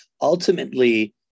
ultimately